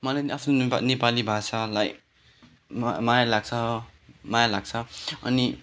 मलाई आफ्नो नेपाली भाषालाई म माया लाग्छ माया लाग्छ अनि